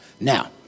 Now